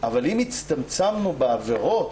אבל אם הצטמצמנו בעבירות,